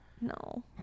No